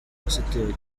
pasiteri